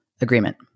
agreement